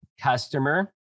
customer